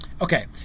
Okay